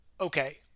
Okay